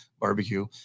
barbecue